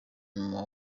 mama